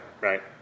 right